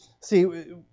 See